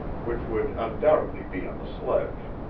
which would undoubtedly be on the sledge.